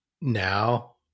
now